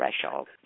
threshold